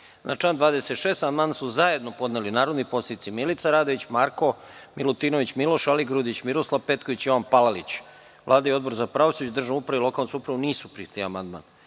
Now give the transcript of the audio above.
član 26. amandman su zajedno podneli narodni poslanici Milica Radović, Marko Milutinović, Miloš Aligrudić, Miroslav Petković i Jovan Palalić. Vlada i Odbor za pravosuđe, državnu upravu i lokalnu samoupravu nisu prihvatili